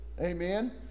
Amen